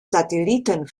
satelliten